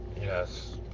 yes